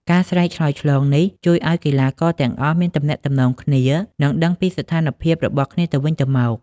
ការស្រែកឆ្លើយឆ្លងនេះជួយឲ្យកីឡាករទាំងអស់មានទំនាក់ទំនងគ្នា និងដឹងពីស្ថានភាពរបស់គ្នាទៅវិញទៅមក។